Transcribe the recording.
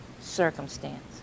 circumstance